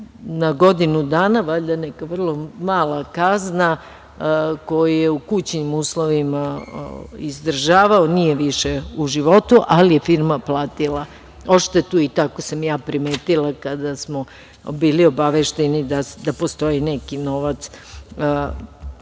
na godinu dana, valjda neka vrla mala kazna, koju je u kućnim uslovima izdržavao, nije više u životu, ali je firma platila odštetu. Tako sam ja primetila kada smo bili obavešteni da postoji neki novac